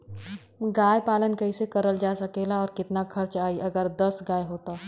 गाय पालन कइसे करल जा सकेला और कितना खर्च आई अगर दस गाय हो त?